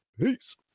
peace